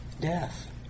death